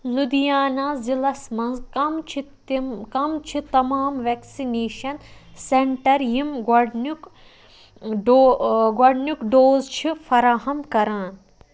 لُدھیانا ضلعس مَنٛز کم چھِ تِم کَم چھِ تمام ویکسِنیٚشن سینٛٹر یِم گۄڈنیُک ڈو گۄڈنیُک ڈوز چھِ فراہَم کَران